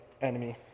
enemy